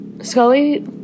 Scully